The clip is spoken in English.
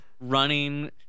Running